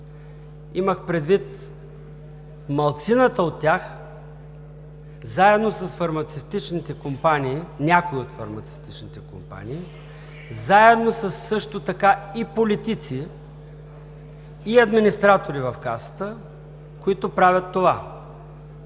Имах предвид малцината от тях, заедно с фармацевтичните компании – някои от фармацевтичните компании, заедно също така и с политици, администратори в Касата, които правят това.